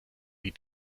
die